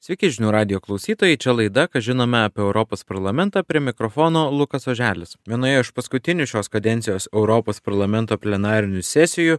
sveiki žinių radijo klausytojai čia laida ką žinome apie europos parlamentą prie mikrofono lukas oželis vienoje iš paskutinių šios kadencijos europos parlamento plenarinių sesijų